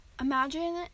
imagine